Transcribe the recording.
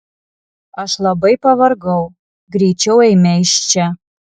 aš labai pavargau greičiau eime iš čia